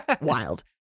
Wild